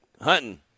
Hunting